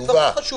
זה דברים חשובים.